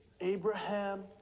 Abraham